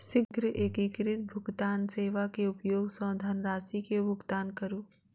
शीघ्र एकीकृत भुगतान सेवा के उपयोग सॅ धनरशि के भुगतान करू